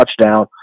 touchdown